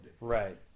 Right